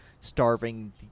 starving